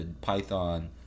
Python